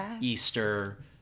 Easter